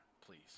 please